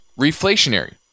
reflationary